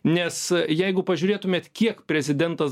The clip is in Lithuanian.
nes jeigu pažiūrėtumėt kiek prezidentas